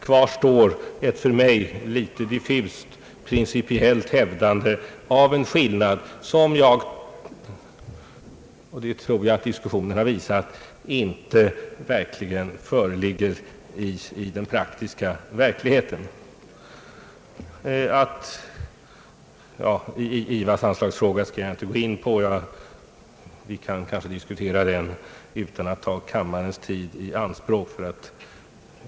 Kvar står ett för mig litet diffust principiellt hävdande av en skillnad som — det tror jag att diskussionerna har visat — verkligen inte föreligger i den praktiska verkligheten. IVA:s anslagsfråga skall jag inte gå in på. Vi kan kanske diskutera den utan att ta kammarens tid i anspråk.